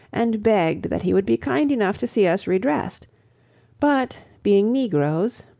and begged that he would be kind enough to see us redressed but being negroes,